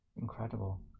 incredible